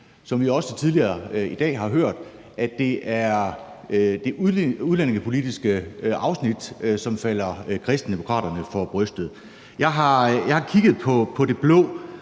Som vi også tidligere i dag har hørt, er det det udlændingepolitiske afsnit, som falder Kristendemokraterne for brystet. Jeg har kigget på den blå